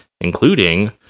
including